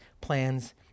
plans